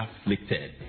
afflicted